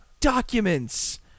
documents